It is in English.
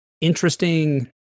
interesting